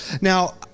Now